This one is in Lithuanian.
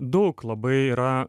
daug labai yra